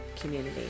community